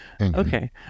Okay